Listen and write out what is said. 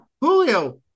Julio